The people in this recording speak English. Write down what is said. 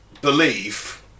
belief